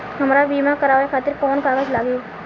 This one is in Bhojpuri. हमरा बीमा करावे खातिर कोवन कागज लागी?